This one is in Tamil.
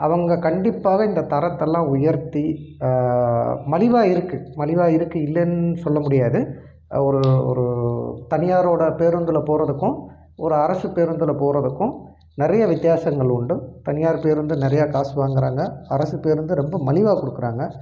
அவங்க கண்டிப்பாக இந்த தரத்தெயெல்லாம் உயர்த்தி மலிவாக இருக்குது மலிவாக இருக்குது இல்லேன்னு சொல்ல முடியாது ஒரு ஒரு தனியாரோடய பேருந்தில் போறதுக்கும் ஒரு அரசு பேருந்தில் போறதுக்கும் நிறைய வித்தியாசங்கள் உண்டு தனியார் பேருந்து நிறையா காசு வாங்குறாங்க அரசு பேருந்து ரொம்ப மலிவாக கொடுக்குறாங்க